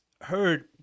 heard